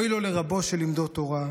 אוי לו לרבו שלימדו תורה.